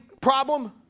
problem